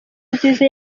nziza